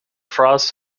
frost